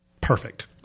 perfect